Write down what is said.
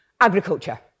agriculture